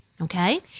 Okay